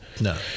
No